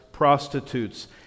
prostitutes